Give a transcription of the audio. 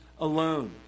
alone